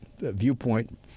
viewpoint